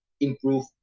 improve